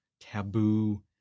taboo